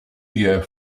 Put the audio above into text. year